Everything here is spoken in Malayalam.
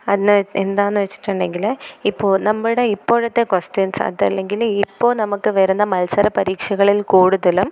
എന്ന് അതെ എന്താണെന്ന് വെച്ചിട്ടുണ്ടെങ്കിൽ ഇപ്പോൾ നമ്മുടെ ഇപ്പോഴത്തെ ക്വസ്റ്റ്യൻസ് അതല്ലെങ്കിലിപ്പോൾ നമുക്ക് വരുന്ന മത്സരപരീക്ഷകളിൽ കൂടുതലും